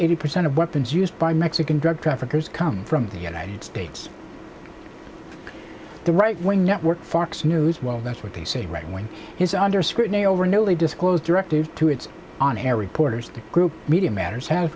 eighty percent of weapons used by mexican drug traffickers coming from the united states the right wing network fox news well that's what they say right when he's under scrutiny over newly disclosed directive to its on air reporters the group media matters has